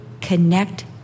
connect